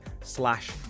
slash